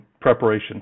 preparation